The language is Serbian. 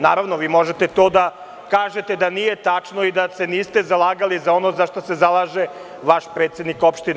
Naravno vi možete da kažete da nije tačno i da se niste zalagali za ono za šta se zalaže vaš predsednik opštine.